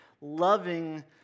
loving